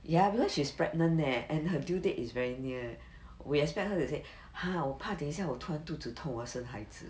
ya because she's pregnant leh and her due date is very near we expect her to say !huh! 我怕等一下我突然肚子痛我要生孩子